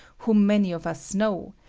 whom many of us know,